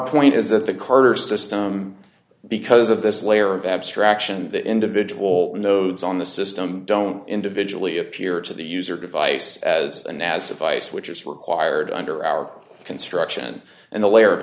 point is that the carter system because of this layer of abstraction that individual nodes on the system don't individually appear to the user device as and as a vice which is required under our construction and the layer of